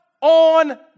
on